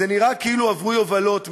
נראה כאילו עברו יובלות מאז,